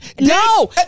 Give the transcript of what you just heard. no